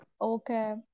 Okay